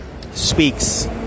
speaks